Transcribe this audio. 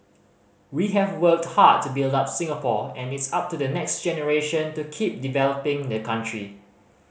we have worked hard to build up Singapore and it's up to the next generation to keep developing the country